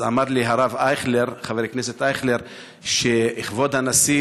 אבל אמר לי הרב חבר הכנסת אייכלר שכבוד הנשיא